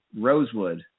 Rosewood